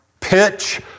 pitch